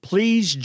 Please